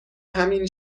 همین